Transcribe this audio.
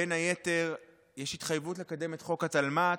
בין היתר יש התחייבות לקדם את חוק התלמ"ת,